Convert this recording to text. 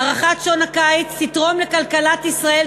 הארכת שעון הקיץ תתרום לכלכלת ישראל.